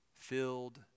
Filled